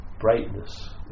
Brightness